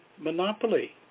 monopoly